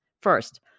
First